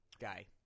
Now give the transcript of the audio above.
guy